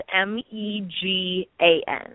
M-E-G-A-N